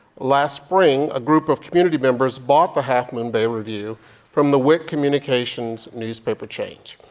last spring, a group of community members bought the half moon bay review from the wick communications newspaper chain.